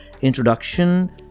Introduction